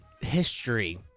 history